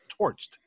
torched